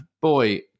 boy